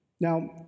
Now